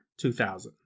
2000